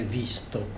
visto